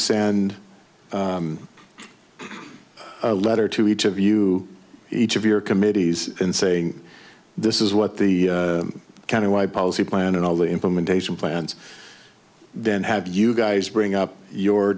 send a letter to each of you each of your committees and say this is what the kind of my policy plan and all the implementation plans then have you guys bring up your